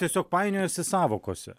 tiesiog painiojasi sąvokose